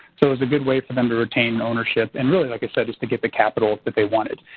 so it's a good way for them to retain ownership and really like i said is to get the capital that they wanted.